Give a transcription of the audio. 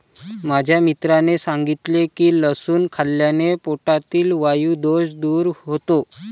माझ्या मित्राने सांगितले की लसूण खाल्ल्याने पोटातील वायु दोष दूर होतो